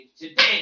today